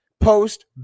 post